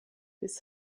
bis